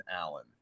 allen